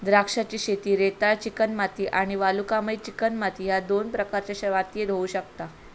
द्राक्षांची शेती रेताळ चिकणमाती आणि वालुकामय चिकणमाती ह्य दोन प्रकारच्या मातीयेत होऊ शकता